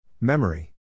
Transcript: Memory